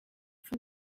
von